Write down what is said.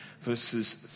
verses